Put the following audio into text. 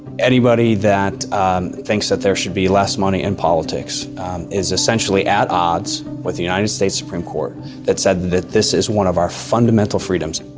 anybody that thinks that there should be less money in politics is essentially at odds with the united states supreme court that said that that this is one of our fundamental freedoms.